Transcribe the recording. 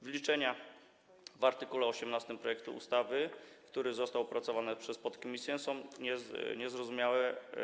Wyliczenia w art. 18 projektu ustawy, który został opracowany przez podkomisję, są niezrozumiałe.